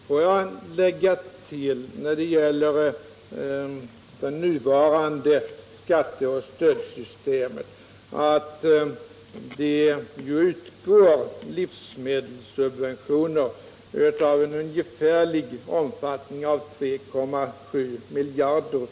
Får jag lägga till när det gäller det nuvarande skatteoch stödsystemet att det f.n. utgår livsmedelssubventioner av en ungefärlig omfattning av 3,7 miljarder.